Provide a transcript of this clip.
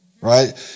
Right